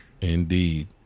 Indeed